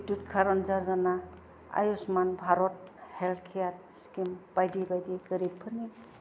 बिदुट कारन ज'ज'ना Ayushman Bharat health care scheme बायदि बायदि गोरिबफोरनि